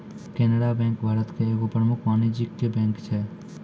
Canara bank Bharat के एगो प्रमुख वाणिज्यिक बैंक छै